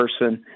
person